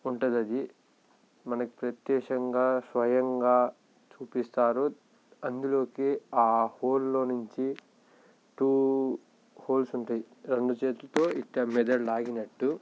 ఉంటుంది అది మనకి ప్రత్యక్షంగా స్వయంగా చూపిస్తారు అందులోకి ఆ హోల్లో నుంచి టూ హోల్స్ ఉంటాయి రెండు చేతులతో ఇట్లా మెదడు లాగినట్టు